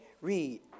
Read